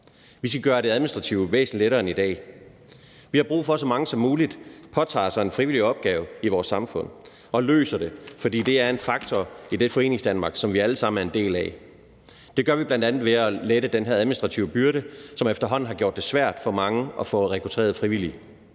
Vi skal gøre det administrative væsentlig lettere, end det er i dag. Vi har brug for, at så mange som muligt påtager sig en frivillig opgave i vores samfund og løser den, for det er en faktor i det Foreningsdanmark, som vi alle sammen er en del af. Det gør vi bl.a. ved at lette den her administrative byrde, som efterhånden har gjort det svært for mange at få rekrutteret frivillige.